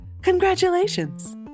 Congratulations